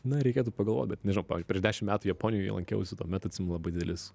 na reikėtų pagalvot bet nežinau pavyzdžiui prieš dešimt metų japonijoje lankiausi tuomet atsimenu labai didelis